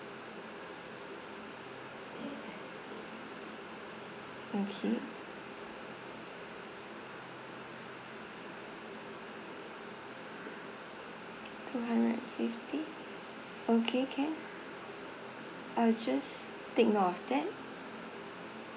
okay two hundred fifty okay can I will just take note of that